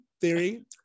theory